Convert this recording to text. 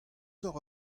hocʼh